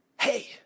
hey